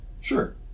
Sure